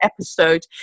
episode